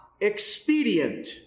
expedient